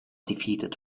defeated